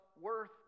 worth